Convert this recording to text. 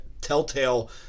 telltale